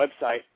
website